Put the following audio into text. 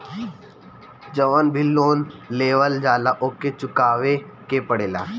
जवन भी लोन लेवल जाला उके चुकावे के पड़ेला